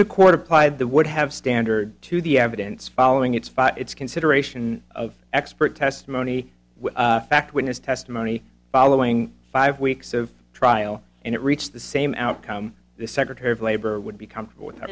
the court applied the would have standard to the evidence following its fight its consideration of expert testimony would fact witness testimony following five weeks of trial and it reached the same outcome the secretary of labor would be comfortable with